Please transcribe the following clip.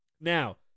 Now